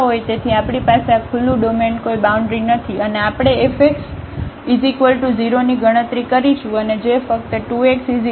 તેથી આપણી પાસે આ ખુલ્લું ડોમેન કોઈ બાઉન્ડ્રી નથી અને આપણે fx0 ની ગણતરી કરીશું અને જે ફક્ત 2x 0 છે